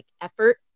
effort